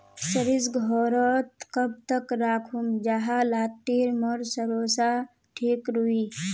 सरिस घोरोत कब तक राखुम जाहा लात्तिर मोर सरोसा ठिक रुई?